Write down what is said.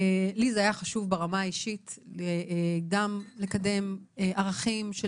לי זה היה חשוב ברמה האישית גם לקדם ערכים של